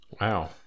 Wow